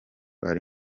ari